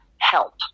help